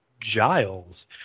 Giles